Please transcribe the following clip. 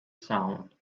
sound